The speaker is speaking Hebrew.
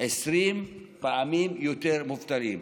פי 20 יותר מובטלים.